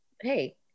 hey